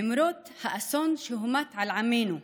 למרות האסון שהומט על עמנו,